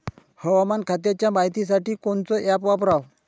हवामान खात्याच्या मायतीसाठी कोनचं ॲप वापराव?